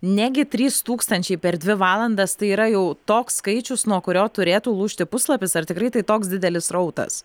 netgi trys tūkstančiai per dvi valandas tai yra jau toks skaičius nuo kurio turėtų lūžti puslapis ar tikrai tai toks didelis srautas